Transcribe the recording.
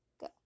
Go